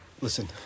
Listen